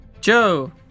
Joe